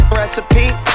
recipe